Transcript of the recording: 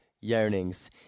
Yearnings